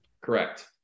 Correct